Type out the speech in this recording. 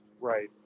Right